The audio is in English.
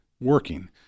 working